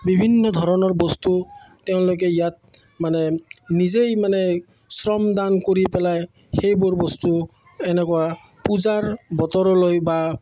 বিভিন্ন ধৰণৰ বস্তু তেওঁলোকে ইয়াত মানে নিজেই মানে শ্ৰম দান কৰি পেলাই সেইবোৰ বস্তু এনেকুৱা পূজাৰ বতৰলৈ বা